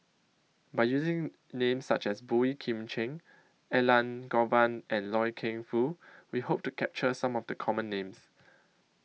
By using Names such as Boey Kim Cheng Elangovan and Loy Keng Foo We Hope to capture Some of The Common Names